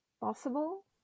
possible